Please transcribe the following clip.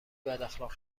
بداخلاق